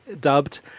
dubbed